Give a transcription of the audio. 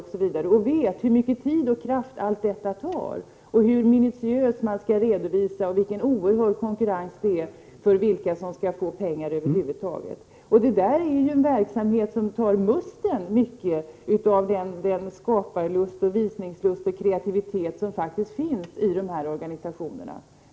Jag vet hur mycket tid och kraft allt detta tar, hur minutiöst man skall redovisa detta samt vilken oerhörd konkurrens det är vad gäller vilka som skall få pengar över huvud taget. Detta är en verksamhet som i hög grad tar musten ur den skaparlust, den ”visningslust” och den kreativitet som faktiskt finns i dessa organisationer.